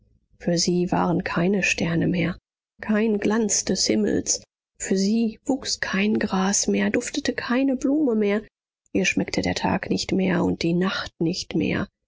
für sie waren keine sterne mehr kein glanz des himmels für sie wuchs kein gras mehr duftete keine blume mehr ihr schmeckte der tag nicht mehr und die nacht nicht mehr